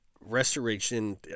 restoration